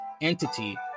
entity